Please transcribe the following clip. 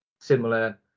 similar